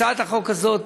הצעת החוק הזאת,